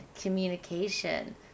communication